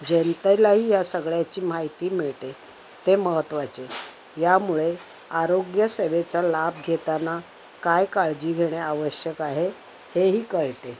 जनतेलाही या सगळ्याची माहिती मिळते ते महत्त्वाचे यामुळे आरोग्यसेवेचा लाभ घेताना काय काळजी घेणे आवश्यक आहे हेही कळते